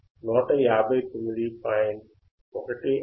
15 hertz